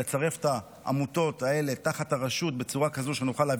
ולצרף את העמותות האלה תחת הרשות בצורה כזו שנוכל להביא